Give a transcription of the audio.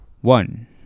one